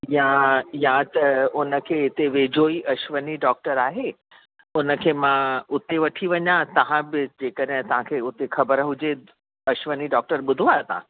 या या त उन खे हिते वेझो ई अश्विनी डॉक्टर आहे उन खे मां हुते वठी वञां तव्हां बि अची करे तव्हां खे हुते ख़बर हुजे अश्विनी डॉक्टर ॿुधो आहे तव्हां